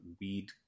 Weed